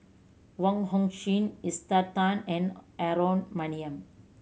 Wong Hong Suen Esther Tan and Aaron Maniam